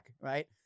right